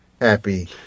happy